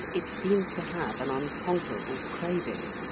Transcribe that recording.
it seems to have an unconquerable craving.